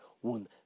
One